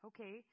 Okay